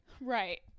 right